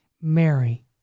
Mary